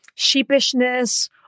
sheepishness